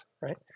right